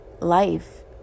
life